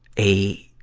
a,